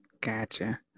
Gotcha